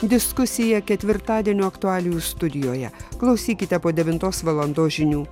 diskusija ketvirtadienio aktualijų studijoje klausykite po devintos valandos žinių